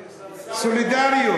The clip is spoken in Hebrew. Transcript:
סולידריות.